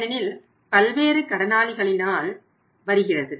ஏனெனில் பல்வேறு கடனாளிகளினால் வருகிறது